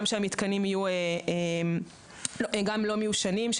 צריך לוודא שהמתקנים יהיו לא מיושנים,